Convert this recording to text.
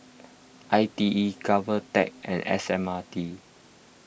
I T E Govtech and S M R T